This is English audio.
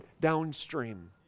downstream